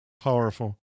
Powerful